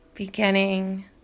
beginning